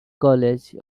college